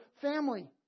family